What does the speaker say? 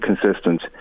consistent